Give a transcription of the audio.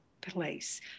place